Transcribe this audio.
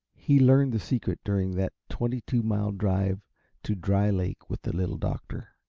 he learned the secret during that twenty-two mile drive to dry lake with the little doctor.